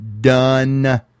Done